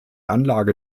anlage